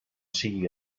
sigui